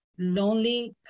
Lonely